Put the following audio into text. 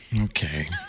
Okay